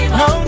no